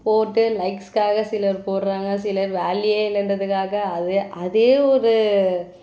போட்டு லைக்ஸ்க்காக சிலர் போடுறாங்க சிலர் வேலையே இல்லைன்றதுக்காக அதுவே அதையே ஒரு